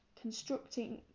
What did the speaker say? constructing